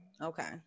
Okay